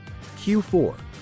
Q4